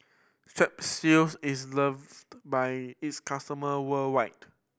strepsils is loved by its customer worldwide